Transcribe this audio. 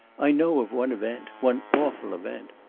i know of one event, one awful event.